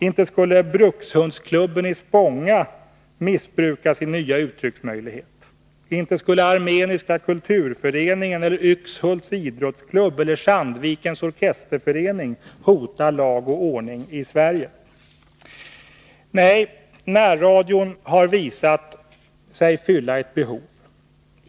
Inte skulle Brukshundsklubben i Spånga missbruka sin nya uttrycksmöjlighet! Inte skulle Armeniska kulturföreningen eller Yxhults idrottsklubb eller Sandvikens orkesterförening hota lag och ordning i Sverige! Nej, närradion har visat sig fylla ett behov.